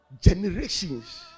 generations